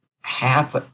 half